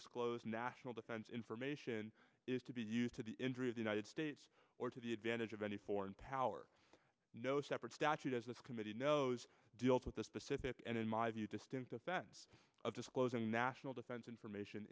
disclose national defense information is to be used to the injury of the united states or to the advantage of any foreign power no separate statute as this committee knows deals with the specific and in my view distinct offense of disclosing national defense information